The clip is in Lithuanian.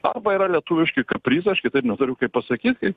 arba yra lietuviški kaprizai aš kitaip neturiu kaip pasakyt